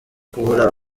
kubura